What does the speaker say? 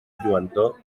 lluentor